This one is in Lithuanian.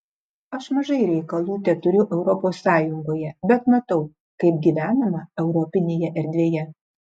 aš mažai reikalų teturiu europos sąjungoje bet matau kaip gyvenama europinėje erdvėje